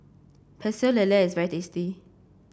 Pecel Lele is very tasty